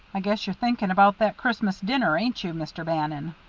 i guess you're thinking about that christmas dinner, ain't you, mr. bannon?